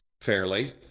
fairly